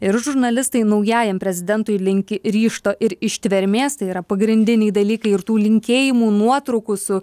ir žurnalistai naujajam prezidentui linki ryžto ir ištvermės tai yra pagrindiniai dalykai ir tų linkėjimų nuotraukų su